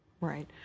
Right